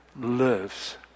lives